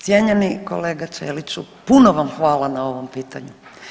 Cijenjeni kolega Ćeliću, puno vam hvala na ovom pitanju.